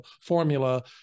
formula